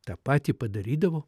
tą patį padarydavo